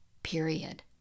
Period